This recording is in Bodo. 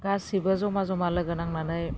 गासैबो जमा जमा लोगो नांनानै